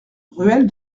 ruelle